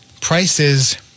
prices